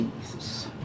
Jesus